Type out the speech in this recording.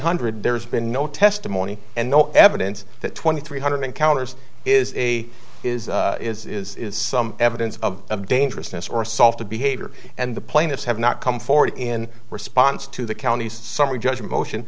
hundred there's been no testimony and no evidence that twenty three hundred encounters is a is is is some evidence of a dangerousness or solve the behavior and the plaintiffs have not come forward in response to the county's summary judgment motion